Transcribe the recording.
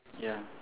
ya